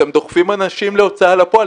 אתם דוחפים אנשים להוצאה לפועל.